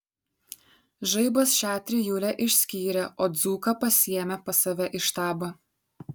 žaibas šią trijulę išskyrė o dzūką pasiėmė pas save į štabą